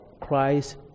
Christ